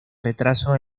retraso